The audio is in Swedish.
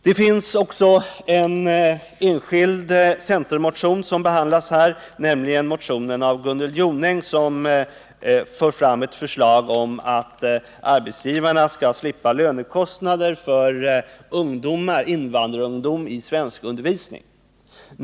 Det finns också en centermotion från en enskild riksdagsledamot, nämligen motionen av Gunnel Jonäng, där det föreslås att arbetsgivarna skall slippa lönekostnader för invandrarungdom som deltar i svenskundervisning.